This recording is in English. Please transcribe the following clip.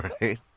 Right